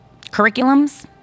curriculums